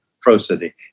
prosody